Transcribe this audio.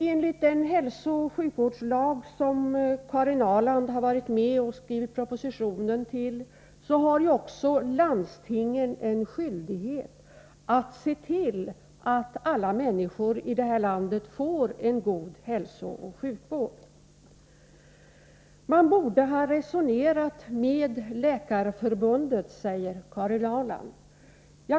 Enligt den hälsooch sjukvårdslag som Karin Ahrland har varit med och skrivit propositionen till har också landstingen en skyldighet att se till att alla människor i det här landet får en god hälsooch sjukvård. Man borde ha resonerat med Läkarförbundet, säger Karin Ahrland.